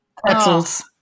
Pretzels